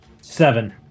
seven